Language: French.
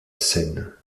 scène